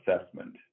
assessment